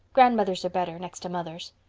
grandmothers are better, next to mothers.